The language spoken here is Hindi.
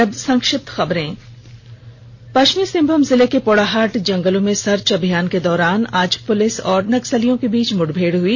और अब संक्षिप्त खबरें पश्चिमी सिंहभूम जिले के पोड़ाहाट जंगलों में सर्च अभियान के दौरान आज पुलिस और नक्सलियों के बीच मुठभेड़ हुई